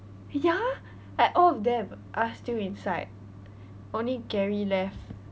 ya like all of them are still inside only gary left